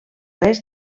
res